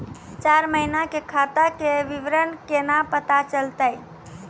चार महिना के खाता के विवरण केना पता चलतै?